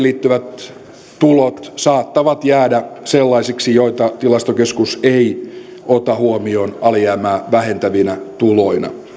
liittyvät tulot saattavat jäädä sellaisiksi joita tilastokeskus ei ota huomioon alijäämää vähentävinä tuloina